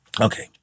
Okay